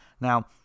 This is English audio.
Now